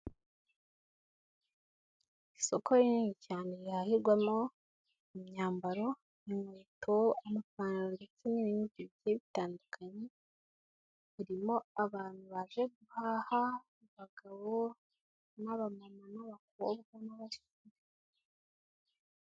Isoko rinini cyane rihahirwamo imyambaro, inkweto, amapantaro ndetse n'ibindi bigiye bitandukanye, ririmo abantu baje guhaha, abagabo n'abamama n'abakobwa n'abasore.